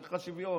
ערך השוויון.